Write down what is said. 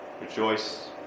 rejoice